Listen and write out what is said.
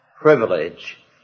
privilege